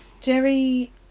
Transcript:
Jerry